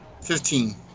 Fifteen